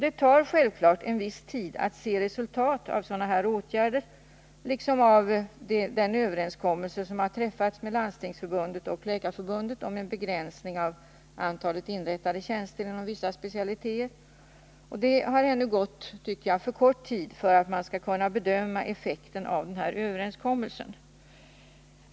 Det tar självfallet en viss tid, innan man ser resultat av sådana här åtgärder liksom av den överenskommelse som har träffats mellan Landstingsförbundet och Läkarförbundet om en begränsning av antalet inrättade tjänster inom vissa specialiteter. Enligt min mening har det gått för kort tid för att man skall kunna bedöma effekten av den här överenskommelsen.